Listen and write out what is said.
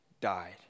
died